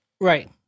Right